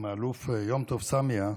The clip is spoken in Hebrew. עם האלוף יום-טוב סמיה,